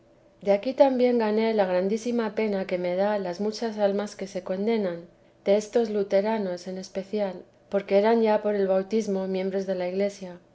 de aquí también gané la grandísima pena que me da las muchas almas que se condenan destos luteranos en especial porque eran ya por el bautismo miembros de la iglesia